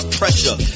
pressure